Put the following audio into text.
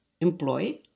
employed